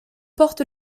porte